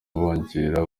bongera